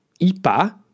IPA